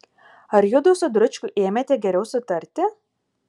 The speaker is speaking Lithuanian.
ar judu su dručkiu ėmėte geriau sutarti